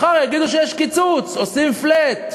מחר יגידו שיש קיצוץ, עושים flat.